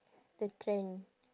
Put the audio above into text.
the trend